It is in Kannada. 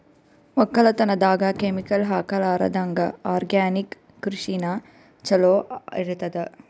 ಒಕ್ಕಲತನದಾಗ ಕೆಮಿಕಲ್ ಹಾಕಲಾರದಂಗ ಆರ್ಗ್ಯಾನಿಕ್ ಕೃಷಿನ ಚಲೋ ಇರತದ